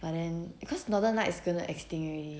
but then because northern lights is gonna extinct already